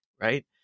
right